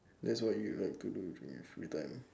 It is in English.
that's what you'd like to do in your free time